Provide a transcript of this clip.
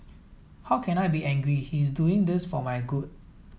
how can I be angry he is doing this for my good